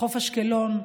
בחוף אשקלון,